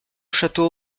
château